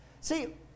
See